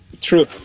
true